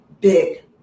big